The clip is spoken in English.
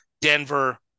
Denver